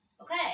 Okay